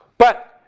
but